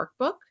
workbook